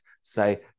say